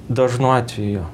dažnu atveju